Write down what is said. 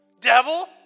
Devil